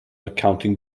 accounting